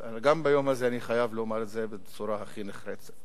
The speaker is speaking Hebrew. אבל גם ביום הזה אני חייב לומר את זה בצורה הכי נחרצת: